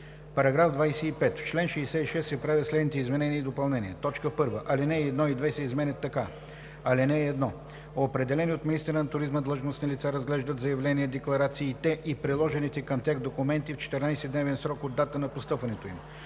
§ 25: „§ 25. В чл. 66 се правят следните изменения и допълнения: 1. Алинеи 1 и 2 се изменят така: „(1) Определени от министъра на туризма длъжностни лица разглеждат заявления-декларациите и приложените към тях документи в 14-дневен срок от датата на постъпването им.